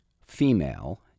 female